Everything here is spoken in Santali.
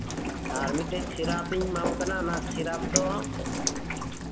ᱟᱨ ᱢᱤᱫᱴᱟᱝ ᱥᱤᱨᱟᱯᱤᱧ ᱮᱢᱟᱢ ᱠᱟᱱᱟ ᱚᱱᱟ ᱥᱤᱨᱟᱯ ᱫᱚ